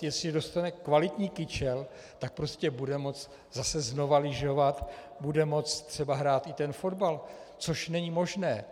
Jestliže dostane kvalitní kyčel, tak prostě bude moci zase znovu lyžovat, bude moci třeba hrát i ten fotbal, což není možné.